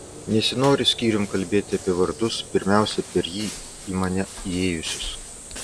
nesinori skyrium kalbėti apie vardus pirmiausia per jį į mane įėjusius